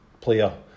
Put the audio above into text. player